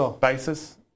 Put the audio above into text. basis